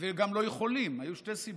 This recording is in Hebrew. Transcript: וגם לא יכולים, היו שתי סיבות.